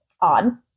odd